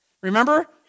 Remember